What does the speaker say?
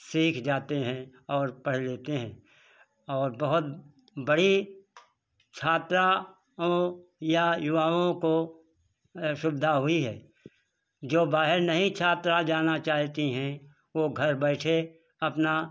सीख जाते हैं और पढ़ लेते हैं और बहुत बड़ी छात्राओं या युवाओं को सुविधा हुई है जो बाहर नहीं छात्रा जाना चाहती हैं वो घर बैठे अपना